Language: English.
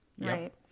Right